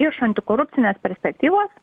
iš antikorupcinės perspektyvos